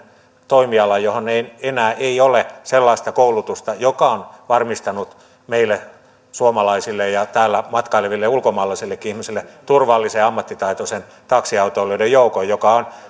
toimialan johon ei enää ole sellaista koulutusta joka on varmistanut meille suomalaisille ja täällä matkaileville ulkomaalaisillekin ihmisille turvallisen ja ammattitaitoisen taksiautoilijoiden joukon joka on